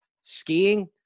skiing